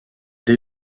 dès